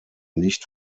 nicht